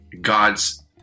God's